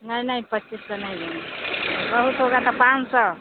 नहीं नहीं पच्चीस सौ नहीं देंगे बहुत होगा तो पाँच सौ